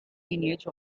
lineage